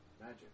Magic